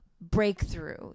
breakthrough